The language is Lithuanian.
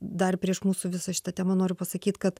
dar prieš mūsų visą šitą temą noriu pasakyt kad